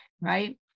right